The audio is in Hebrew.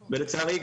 לצערי,